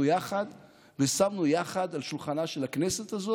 יחד ושמנו יחד על שולחנה של הכנסת הזאת,